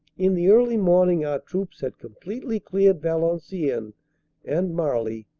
in the early morning our troops had completely cleared valenciennes and marly,